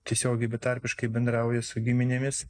tiesiogiai betarpiškai bendrauja su giminėmis